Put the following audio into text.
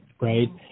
right